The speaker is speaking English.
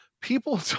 people